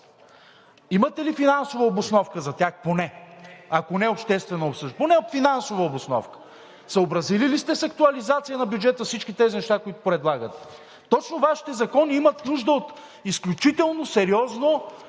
Имате ли финансова обосновка за тях поне, ако не обществено обсъждане, поне финансова обосновка? Съобразили ли сте с актуализация на бюджета за всички тези неща, които предлагате? Точно Вашите закони имат нужда от изключително сериозно